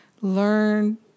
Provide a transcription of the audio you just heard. learn